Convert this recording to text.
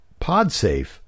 Podsafe